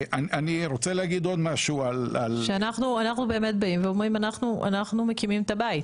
אנחנו באמת באים ואומרים אנחנו מקימים את הבית.